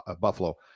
Buffalo